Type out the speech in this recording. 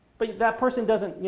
but that person doesn't,